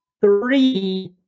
three